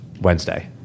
Wednesday